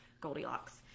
Goldilocks